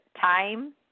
time